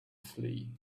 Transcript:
flee